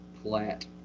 flat